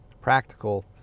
practical